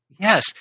Yes